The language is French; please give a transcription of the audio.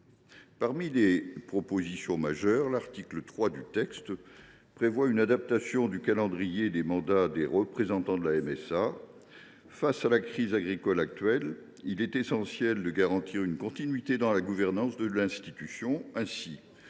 Parmi les propositions majeures, l’article 3 du texte prévoit une adaptation du calendrier des mandats des représentants de la MSA. Face à la crise agricole actuelle, il est essentiel de garantir une continuité dans la gouvernance de cette institution. Ainsi,